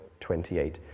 28